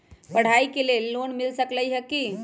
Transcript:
पढाई के लेल लोन मिल सकलई ह की?